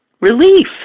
relief